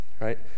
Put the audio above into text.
right